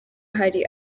hari